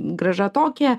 grąža tokia